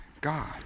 God